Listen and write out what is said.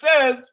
says